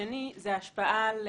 והשני זה השפעה על